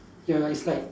ya it's like